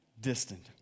distant